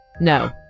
No